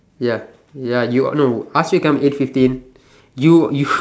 ya ya you no ask him to come at eight fifteen you you